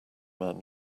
man